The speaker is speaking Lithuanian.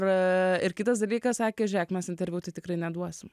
ir kitas dalykas sakė žiūrėk mes interviu tai tikrai neduosime